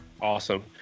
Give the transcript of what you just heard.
Awesome